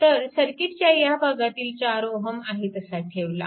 तर सर्किटच्या ह्या भागातील 4Ω आहे तसा ठेवला